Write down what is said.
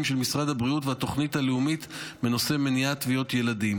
של משרד הבריאות ולתוכנית הלאומית בנושא מניעת טביעות ילדים.